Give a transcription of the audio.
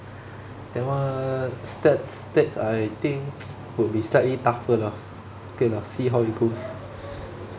then what stats stats I think would be slightly tougher lah K lah see how it goes